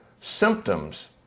symptoms